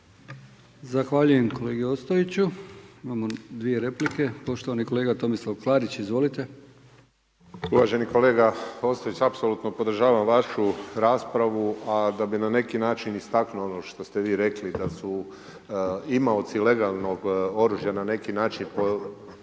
Zahvaljujem kolegi Ostojiću. Imamo dvije replike. Poštovani kolega Tomislav Klarić. Izvolite. **Klarić, Tomislav (HDZ)** Uvaženi kolega Ostojić, apsolutno podržavam vašu raspravu, a da bi na neki način istaknuo na neki način ono što ste vi rekli da su imaoci legalnog oružja na neki način po